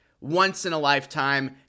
once-in-a-lifetime